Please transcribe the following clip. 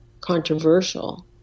controversial